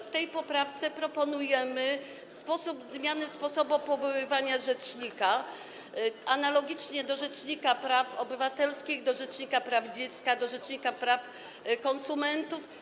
W tej poprawce proponujemy zmianę sposobu powoływania rzecznika analogicznie do rzecznika praw obywatelskich, rzecznika praw dziecka, rzecznika praw konsumentów.